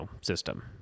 system